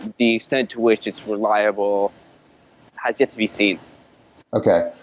the extended to which, it's reliable has yet to be seen okay.